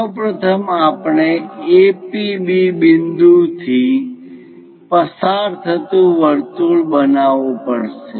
સૌ પ્રથમ આપણે A P B બિંદુ થી પસાર થતુ વર્તુળ બનાવવું પડશે